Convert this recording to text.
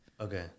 Okay